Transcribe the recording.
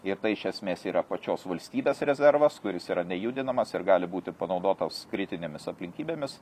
ir tai iš esmės yra pačios valstybės rezervas kuris yra nejudinamas ir gali būti panaudotos kritinėmis aplinkybėmis